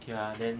okay lah then